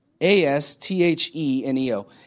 A-S-T-H-E-N-E-O